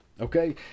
Okay